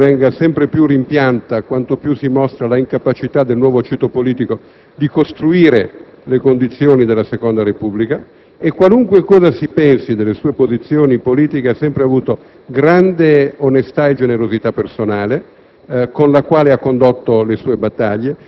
come la Prima Repubblica venga sempre più rimpianta quanto più si mostra l'incapacità del nuovo ceto politico di costruire le condizioni della Seconda Repubblica. Qualunque cosa si pensi delle sue posizioni politiche, egli ha sempre avuto grande onestà e generosità personale,